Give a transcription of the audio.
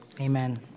Amen